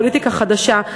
פוליטיקה חדשה.